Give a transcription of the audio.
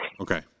Okay